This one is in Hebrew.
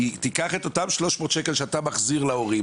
כי תיקח את אותם 300 שקלים שאתה מחזיר להורים